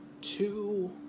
two